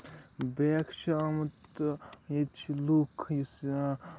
بیاکھ چھُ آمُت تہٕ ییٚتہِ چھُ لُکھ یُس